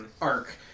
arc